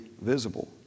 visible